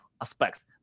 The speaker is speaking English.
aspects